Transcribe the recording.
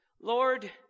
Lord